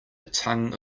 tongue